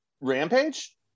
rampage